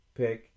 pick